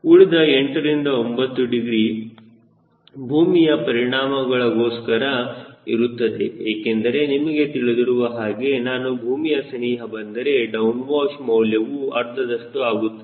ಉಳಿದ 8 9 ಡಿಗ್ರಿ ಭೂಮಿಯ ಪರಿಣಾಮಗಳಗೋಸ್ಕರ ಇರುತ್ತದೆ ಏಕೆಂದರೆ ನಿಮಗೆ ತಿಳಿದಿರುವ ಹಾಗೆ ನಾನು ಭೂಮಿಯ ಸನಿಹ ಬಂದರೆ ಡೌನ್ ವಾಶ್ ಮೌಲ್ಯವು ಅರ್ಧದಷ್ಟು ಆಗುತ್ತದೆ